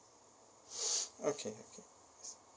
okay okay